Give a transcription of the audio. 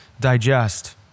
digest